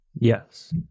Yes